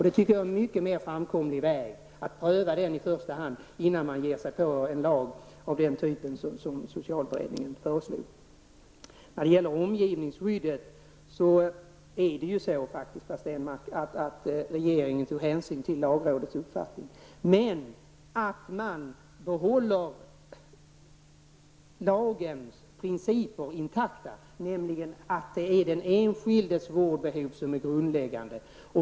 Det tycker jag är en mycket mer framkomlig väg som vi bör pröva i första hand, innan vi ger oss på en lag av den typ som socialberedningen föreslår. Vad gäller omgivningsskyddet, Per Stenmarck, tog faktiskt regeringen hänsyn till lagrådets uppfattning. Men man behåller lagens principer intakta, nämligen att det är den enskildes vårdbehov som är grundläggande.